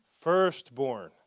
Firstborn